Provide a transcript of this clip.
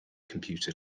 computer